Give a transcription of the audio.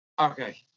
Okay